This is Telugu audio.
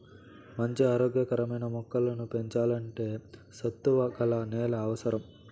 మంచి ఆరోగ్య కరమైన మొక్కలను పెంచల్లంటే సత్తువ గల నేల అవసరం